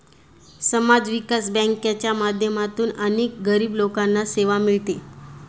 समाज विकास बँकांच्या माध्यमातून अनेक गरीब लोकांना सेवा मिळते